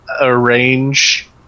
arrange